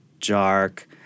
dark